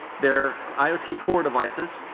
they are iot core devices,